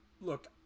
Look